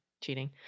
cheating